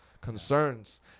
Concerns